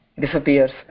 disappears